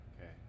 Okay